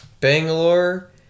Bangalore